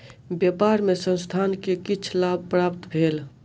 व्यापार मे संस्थान के किछ लाभ प्राप्त भेल